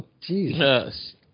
Jesus